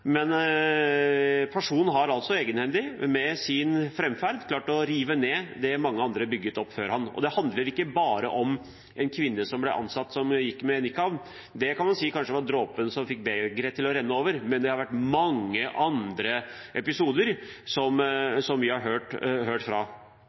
personen har altså egenhendig, med sin framferd, klart å rive ned det mange andre bygget opp før ham. Og det handler ikke bare om en kvinne som ble ansatt som gikk med nikab; det var kanskje dråpen som fikk begeret til å renne over, det har også vært mange andre episoder. Jeg vil ta opp en annen sak og det er utbryterne, de som